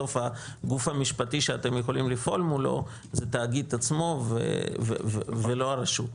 בסוף הגוף המשפטי שאתם יכולים לפעול מולו זה התאגיד עצמו ולא הרשות.